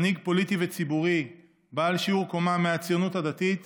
מנהיג פוליטי וציבורי בעל שיעור קומה מהציונות הדתית